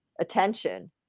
attention